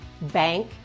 bank